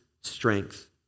strength